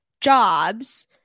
jobs